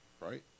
right